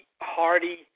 Hardy